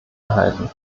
erhalten